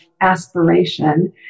aspiration